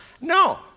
No